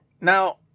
Now